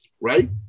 Right